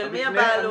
של מי הבעלות?